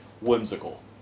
whimsical